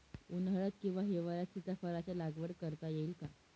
उन्हाळ्यात किंवा हिवाळ्यात सीताफळाच्या लागवड करता येईल का?